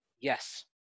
Yes